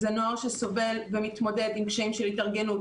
זה נוער שסובל ומתמודד עם קשיים של התארגנות,